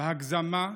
בהגזמה,